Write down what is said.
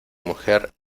mujer